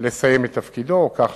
לסיים את תפקידו, כך